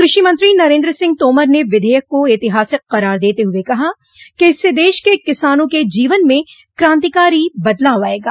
कृषि मंत्री नरेन्द्र सिंह तोमर ने विधेयक को ऐतिहासिक करार देते हुए कहा कि इससे देश के किसानों के जीवन में क्रांतिकारी बदलाव आयेगा